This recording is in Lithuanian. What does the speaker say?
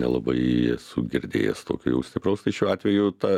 nelabai esu girdėjęs tokio jau stipraus tai šiuo atveju ta